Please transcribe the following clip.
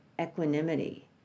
equanimity